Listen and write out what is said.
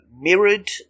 mirrored